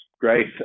great